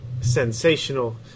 sensational